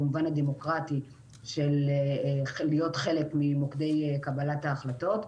במובן הדמוקרטי של להיות חלק ממוקדי קבלת ההחלטות.